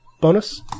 bonus